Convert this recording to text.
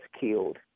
killed